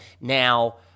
Now